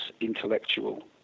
intellectual